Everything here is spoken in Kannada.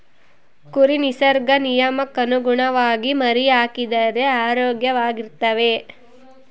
ಕುರಿ ನಿಸರ್ಗ ನಿಯಮಕ್ಕನುಗುಣವಾಗಿ ಮರಿಹಾಕಿದರೆ ಆರೋಗ್ಯವಾಗಿರ್ತವೆ